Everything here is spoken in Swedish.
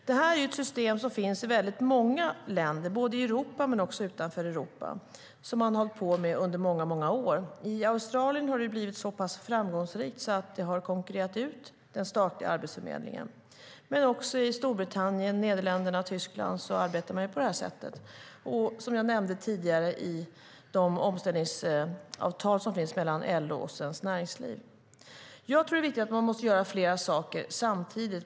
Det är ett system som finns i väldigt många länder, både i Europa och utanför Europa, och som man har hållit på med under många, många år. I Australien har det blivit så pass framgångsrikt att det har konkurrerat ut den statliga arbetsförmedlingen. Också i Storbritannien, Nederländerna och Tyskland arbetar man på det här sättet och, som jag nämnde tidigare, i fråga om de omställningsavtal som finns mellan LO och Svenskt Näringsliv. Jag tror att det är viktigt att göra flera saker samtidigt.